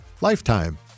Lifetime